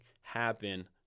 happen